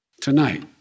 Tonight